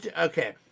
okay